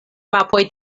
mapoj